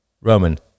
Roman